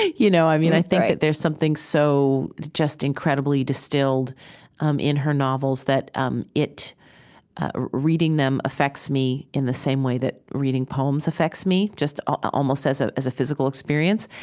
you know i mean, i think that there's something so just incredibly distilled um in her novels that um ah reading them affects me in the same way that reading poems affects me, just ah almost as ah as a physical experience.